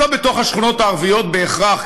לא בתוך השכונות הערביות בהכרח,